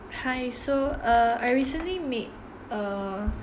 hi so uh I recently made a